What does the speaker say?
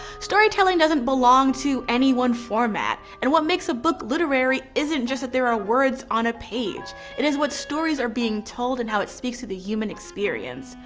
storytelling doesn't belong to any one format and what makes a book literary isn't just that there are words on a page it is what stories are being told and how it speaks to the human experience.